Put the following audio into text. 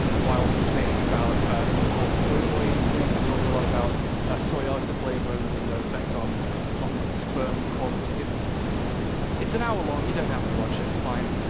and while complaining about the whole soy boy thing. i talk a lot about ah soy isoflavones and their effect on on sperm quality, it's an hour long, you don't have to watch it. it's fine.